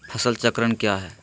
फसल चक्रण क्या है?